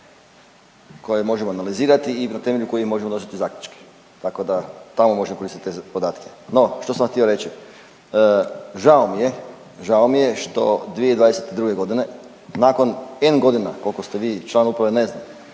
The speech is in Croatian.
koje možemo analizirati i na temelju kojih možemo donositi zaključke tako da tamo možemo koristiti te podatke. No, što sam vam htio reći. Žao mi je, žao mi je što 2022. godine nakon n godina koliko ste vi član uprave ne znam,